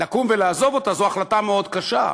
לקום ולעזוב אותה זאת החלטה מאוד קשה.